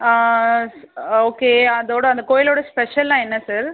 okay அதோட அந்த கோயிலோட ஸ்பெஷல்னா என்ன சார்